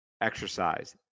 exercise